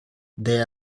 they